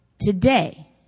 Today